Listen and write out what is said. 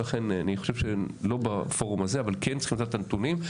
ולכן לא בפורום הזה צריך לדעת את הנתונים.